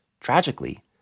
tragically